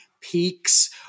Peaks